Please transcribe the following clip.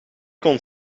kon